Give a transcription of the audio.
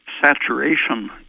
saturation